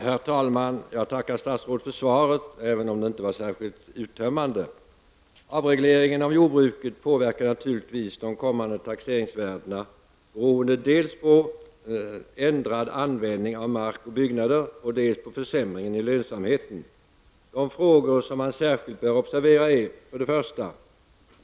Herr talman! Jag tackar statsrådet för svaret, även om det inte var särskilt uttömmande. Avregleringen av jordbruket påverkar naturligtvis de kommande taxeringsvärdena beroende dels på ändring av användningen av mark och byggnader, dels på försämringen av lönsamheten. De frågor som speciellt bör uppmärksammas är: 1.